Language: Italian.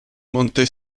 monte